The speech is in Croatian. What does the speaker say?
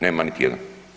Nema niti jedan.